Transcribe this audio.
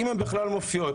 אם הן בכלל מופיעות,